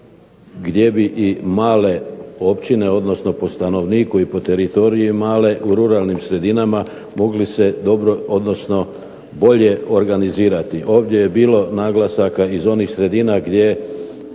gdje bi i male općine, odnosno po stanovniku i po teritoriju male, u ruralnim sredinama mogli se dobro odnosno bolje organizirati. Ovdje je bilo naglasaka iz onih sredina gdje